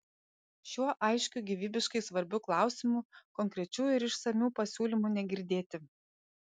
šiuo aiškiu gyvybiškai svarbiu klausimu konkrečių ir išsamių pasiūlymų negirdėti